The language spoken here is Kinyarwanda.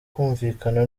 kumvikana